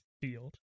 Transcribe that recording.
field